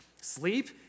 sleep